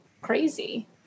crazy